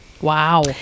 Wow